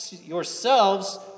yourselves